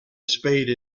spade